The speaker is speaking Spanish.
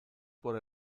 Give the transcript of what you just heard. por